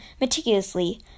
meticulously